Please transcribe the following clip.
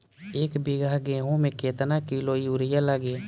एक बीगहा गेहूं में केतना किलो युरिया लागी?